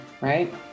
right